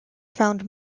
found